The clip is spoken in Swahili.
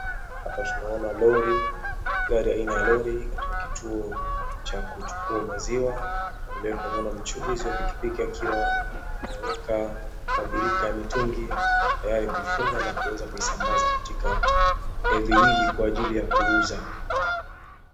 Hapa tunaona Lorry gari aina ya lorry katika kituo cha kuchukua maziwa na vile tunamwona mchukuzi wa piki piki akiwa ameweka mabirika ya mitungi tayari kuifunga na kuweza kuisambaza katika vijiji kwa ajili ya kuuza.